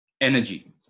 energy